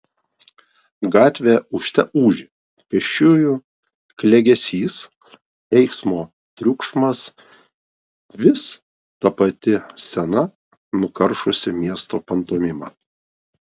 gatvė ūžte ūžė pėsčiųjų klegesys eismo triukšmas vis ta pati sena nukaršusi miesto pantomima